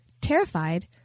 Terrified